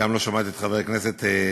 וגם לא שמעתי את חבר הכנסת ג'ובראן.